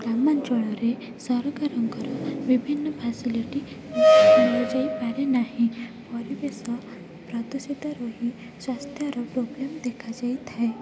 ଗ୍ରାମାଞ୍ଚଳରେ ସରକାରଙ୍କର ବିଭିନ୍ନ ଫାସଲିଟି ଦିଆଯାଇପାରେ ନାହିଁ ପରିବେଶ ପ୍ରଦୂଷିତ ରୁହେ ସ୍ବାସ୍ଥ୍ୟର ପ୍ରୋବଲେମ୍ ଦେଖା ଯାଇଥାଏ